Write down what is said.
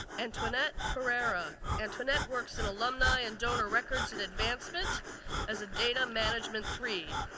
antoinette pereira. antoinette works in alumni and donor records and advancement as a data management three.